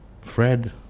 Fred